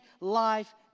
life